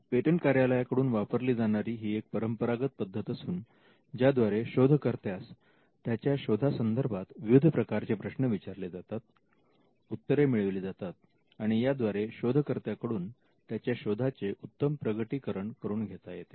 patent कार्यालयाकडून वापरली जाणारी ही एक परंपरागत पद्धत असून ज्याद्वारे शोध कर्त्यास त्याच्या शोधा संदर्भात विविध प्रकारचे प्रश्न विचारले जातात उत्तरे मिळविली जातात आणि याद्वारे शोधकर्त्या कडून त्याच्या शोधाचे उत्तम प्रगटीकरण करून घेता येते